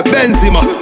Benzema